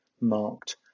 marked